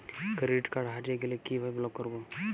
Credit card হারিয়ে গেলে কি ভাবে ব্লক করবো?